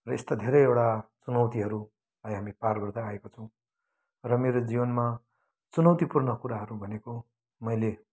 र यस्ता धेरैवटा चुनौतीहरूलाई हामी पार गर्दै आएको छौँ र मेरो जीवनमा चुनौतीपूर्ण कुराहरू भनेको मैले